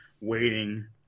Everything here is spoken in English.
waiting